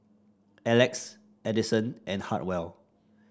Alex Adison and Hartwell